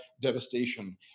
devastation